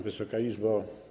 Wysoka Izbo!